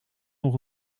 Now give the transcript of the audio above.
nog